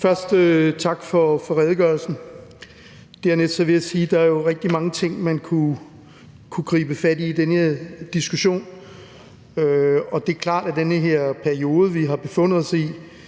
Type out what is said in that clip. Dernæst vil jeg sige, at der jo er rigtig mange ting, man kunne gribe fat i i den her diskussion, og det er klart, at den her periode, vi har befundet os i,